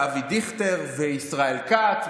ואבי דיכטר וישראל כץ,